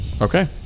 Okay